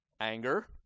anger